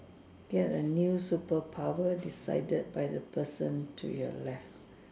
create a new superpower decided by the person to your left